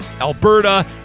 Alberta